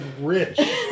rich